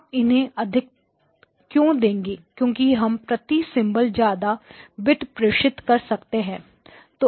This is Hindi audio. आप इन्हें अधिक क्यों देंगे क्योंकि हम प्रति सिंबल ज्यादा बिट प्रेषित कर सकते हैं